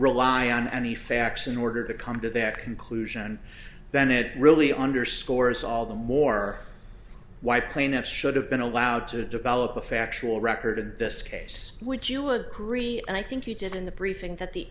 rely on any facts in order to come to their conclusion then it really underscores all the more why plaintiff should have been allowed to develop a factual record in this case would you agree and i think you did in the briefing that the